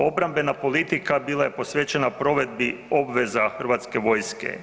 Obrambena politika bila je posvećena provedbi obveza Hrvatske vojske.